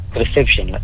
reception